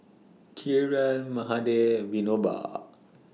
Kiran Mahade Vinoba